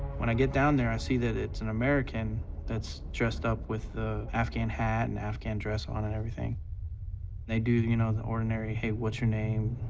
when i get down there i see that it's an american that's dressed up with the afghan hat and afghan dress on and everything. and they do the you know the ordinary, hey, what's your name?